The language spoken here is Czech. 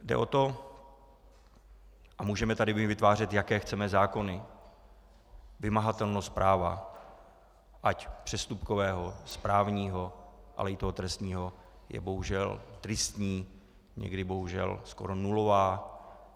Jde o to, a můžeme tady vytvářet jaké chceme zákony vymahatelnost práva, ať přestupkového, správního, ale i toho trestního, je bohužel tristní, někdy bohužel skoro nulová.